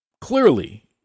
Clearly